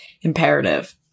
imperative